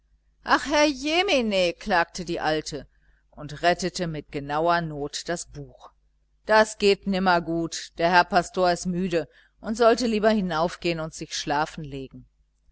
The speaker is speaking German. ach herrjemine klagte die alte und rettete mit genauer not das buch das geht nimmer gut der herr pastor ist müde und sollte lieber hinaufgehen und sich schlafen legen